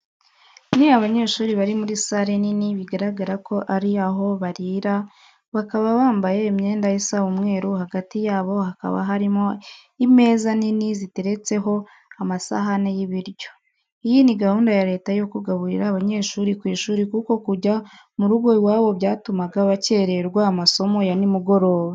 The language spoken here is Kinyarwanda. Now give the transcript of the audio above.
Ni abanyeshuri bari muri sale nini bigaragara ko ari aho barira, bakaba bambaye imyenda isa umweru, hagati yabo hakaba harimo imeza nini ziteretseho amasahane y'ibiryo. Iyi ni gahunda ya Leta yo kugaburira abanyeshuri ku ishuri kuko kujya mu rugo iwabo byatumaga bakerererwa amasomo ya nimugoroba.